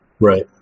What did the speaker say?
Right